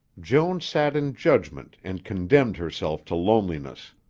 joan sat in judgment and condemned herself to loneliness.